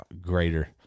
greater